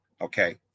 Okay